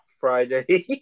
Friday